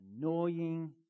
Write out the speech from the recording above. annoying